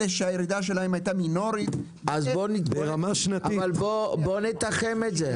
אלה שהירידה שלהם הייתה מינורית -- בוא נתחם את זה.